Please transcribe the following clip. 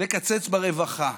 ולקצץ ברווחה.